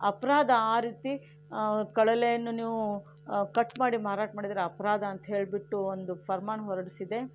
ಅಪರಾಧ ಆ ರೀತಿ ಕಳಲೆಯನ್ನು ನೀವು ಕಟ್ ಮಾಡಿ ಮಾರಾಟ ಮಾಡಿದರೆ ಅಪರಾಧ ಅಂತ ಹೇಳಿಬಿಟ್ಟು ಒಂದು ಫರ್ಮಾನು ಹೊರಡಿಸಿದೆ